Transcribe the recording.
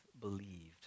believed